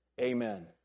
Amen